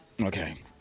Okay